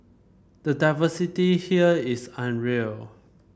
the diversity here is unreal